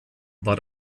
war